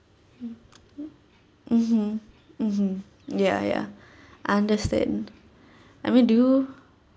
mm mm mmhmm mmhmm ya ya I understand I mean do you